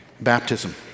Baptism